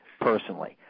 personally